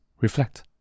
Reflect